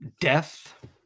death